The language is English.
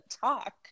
talk